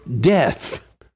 death